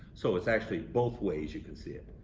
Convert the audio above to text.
so it's actually both ways you can see it.